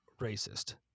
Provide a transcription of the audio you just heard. racist